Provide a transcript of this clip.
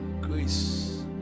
grace